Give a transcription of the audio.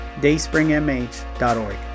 dayspringmh.org